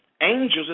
Angels